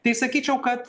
tai sakyčiau kad